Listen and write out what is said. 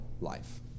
life